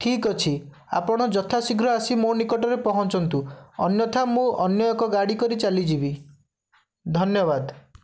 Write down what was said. ଠିକ୍ ଅଛି ଆପଣ ଯଥା ଶୀଘ୍ର ଆସି ମୋ ନିକଟରେ ପହଞ୍ଚନ୍ତୁ ଅନ୍ୟଥା ମୁଁ ଅନ୍ୟ ଏକ ଗାଡ଼ି କରି ଚାଲିଯିବି ଧନ୍ୟବାଦ